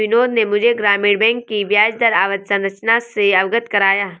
बिनोद ने मुझे ग्रामीण बैंक की ब्याजदर अवधि संरचना से अवगत कराया